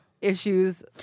Issues